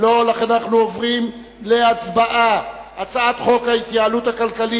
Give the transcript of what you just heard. לכן אנחנו עוברים להצבעה על הצעת חוק ההתייעלות הכלכלית